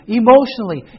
emotionally